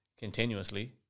continuously